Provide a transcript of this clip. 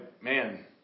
man